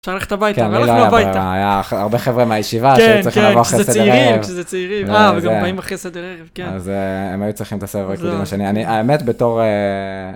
אפשר ללכת הביתה, אז הלכנו הביתה. היה הרבה חבר'ה מהישיבה, שהיו צריכים לבוא אחרי סדר ערב. כשזה צעירים, אה, וגם באים אחרי סדר ערב, כן. אז הם היו צריכים את הסבר. האמת בתור...